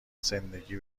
زندگی